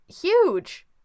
huge